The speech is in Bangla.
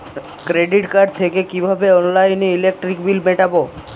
ক্রেডিট কার্ড থেকে কিভাবে অনলাইনে ইলেকট্রিক বিল মেটাবো?